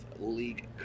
League